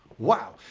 wow.